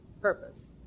purpose